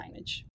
signage